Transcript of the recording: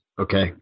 Okay